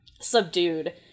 subdued